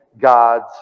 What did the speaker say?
God's